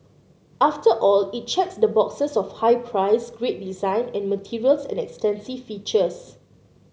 after all it checks the boxes of high price great design and materials and extensive features